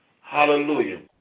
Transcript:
Hallelujah